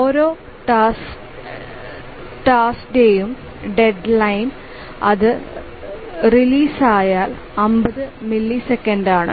ഓരോ ടാസ്ക്ടെയും deadline അത് റിലീസ്യാൽ 50 മില്ലിസെക്കൻഡാണ്